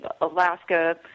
Alaska